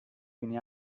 بینی